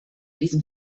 diesem